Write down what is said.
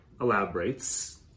elaborates